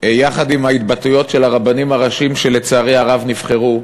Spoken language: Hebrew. עם ההתבטאויות של הרבנים הראשיים שלצערי הרב נבחרו,